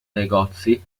negozi